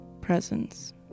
presence